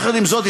יחד עם זאת,